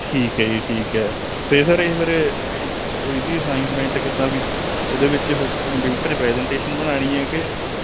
ਠੀਕ ਹੈ ਜੀ ਠੀਕ ਹੈ ਤੇ ਸਰ ਇਹ ਫਿਰ ਇਹਦੀ ਅਸਾਈਨਮੈਂਟ ਕਿੱਦਾਂ ਵੀ ਉਹਦੇ ਵਿੱਚ ਫਿਰ ਕੰਪਿਊਟਰ 'ਚ ਪ੍ਰੈਜਟੇਸ਼ਨ ਬਣਾਣੀ ਐ ਕਿ ਆਪਣੀ